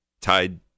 tied